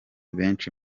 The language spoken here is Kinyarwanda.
benshi